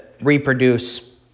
reproduce